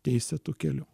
teisėtu keliu